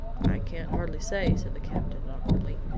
i can't hardly say, said the captain awkwardly.